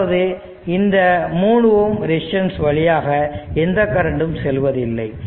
அதாவது இந்த 3 ohm resistance வழியாக எந்த கரண்டும் செல்வதில்லை